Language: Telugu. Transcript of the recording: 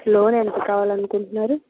లోన్ ఎంత కావాలి అనుకుంటున్నారు